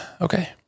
Okay